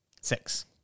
Six